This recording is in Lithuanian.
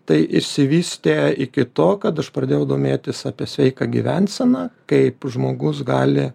tai išsivystė iki to kad aš pradėjau domėtis apie sveiką gyvenseną kaip žmogus gali